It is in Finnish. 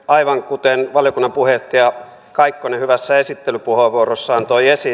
aivan kuten valiokunnan puheenjohtaja kaikkonen hyvässä esittelypuheenvuorossaan toi esiin valiokunta